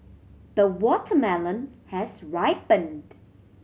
the watermelon has ripened